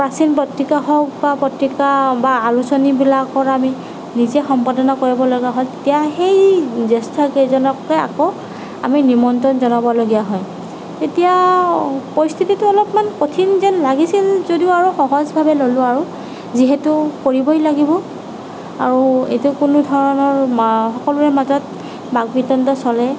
প্ৰাচীৰ পত্ৰিকা হওক বা পত্ৰিকা বা আলোচনীবিলাকত আমি নিজে সম্পাদনা কৰিবলগা হ'ল তেতিয়া সেই জ্যেষ্ঠকেইজনকে আকৌ আমি নিমন্ত্ৰণ জনাবলগীয়া হয় তেতিয়া পৰিস্থিতিটো অলপমান কঠিন যেন লাগিছিল যদিও আৰু সহজভাৱে ল'লোঁ আৰু যিহেতু কৰিবই লাগিব আৰু এইটো কোনোধৰণৰ সকলোৰে মাজত বাক বিতণ্ডা চলেই